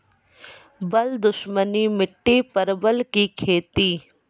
बल दुश्मनी मिट्टी परवल की खेती?